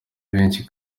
benshi